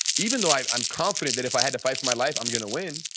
even though i'm i'm confident that if i had to fight for my life, i'm going to win,